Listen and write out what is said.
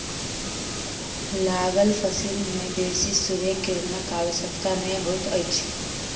लागल फसिल में बेसी सूर्य किरणक आवश्यकता नै होइत अछि